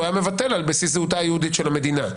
היה מבטל על בסיס זהותה היהודית של המדינה.